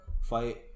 fight